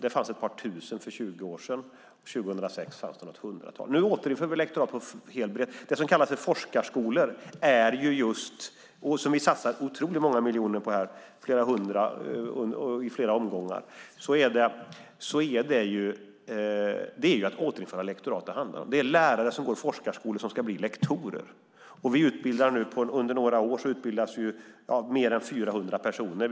Det fanns ett par tusen för 20 år sedan. År 2006 fanns det något hundratal. Nu återinför vi lektorat. Vi satsar otroligt många miljoner, flera hundra i flera omgångar, på det som kallas för forskarskolor. Det handlar om att återinföra lektorat. Det är lärare som går i forskarskolor och som ska bli lektorer. Under några år utbildas mer än 400 personer.